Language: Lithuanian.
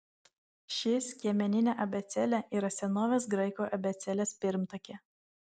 ši skiemeninė abėcėlė yra senovės graikų abėcėlės pirmtakė